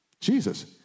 Jesus